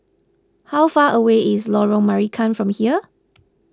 how far away is Lorong Marican from here